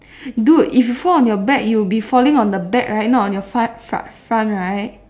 dude if you fall on your back you'll be falling on the back right not on your front front front right